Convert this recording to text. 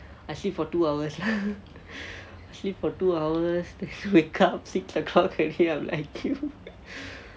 I sleep for two hours lah sleep for two hours then wake up six already I'm like